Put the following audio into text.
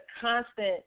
constant